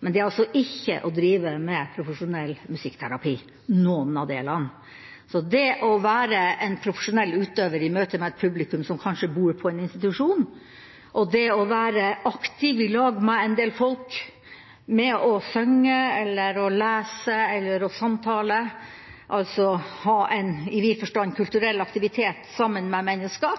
Men det er altså ikke å drive med profesjonell musikkterapi noen av delene. Så det å være profesjonell utøver i møte med et publikum som kanskje bor på en institusjon, og det å være aktiv i lag med en del folk og synge, lese eller samtale, altså ha en i vid forstand kulturell aktivitet sammen med mennesker,